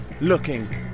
looking